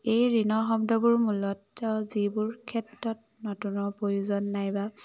এই ঋণৰ শব্দবোৰ মূলতঃ যিবোৰ ক্ষেত্ৰত নতুনৰ প্ৰয়োজন নাই বা